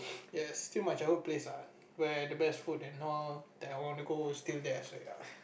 ya it's still my childhood place ah where the best food and all that I wanna go is still there so ya